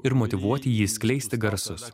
ir motyvuoti jį skleisti garsus